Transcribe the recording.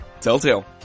Telltale